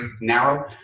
narrow